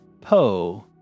Poe